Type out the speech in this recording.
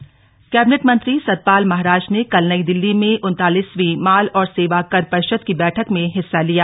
मांग कैबिनेट मंत्री सतपाल महाराज ने कल नई दिल्ली में उनतालीसवीं माल और सेवा कर परिषद की बैठक में हिस्सा लिया